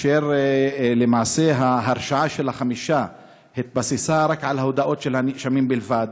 ולמעשה ההרשעה של החמישה התבססה על ההודאות של הנאשמים בלבד,